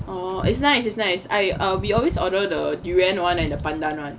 oh it's nice it's nice I uh we always order the durian one and the pandan one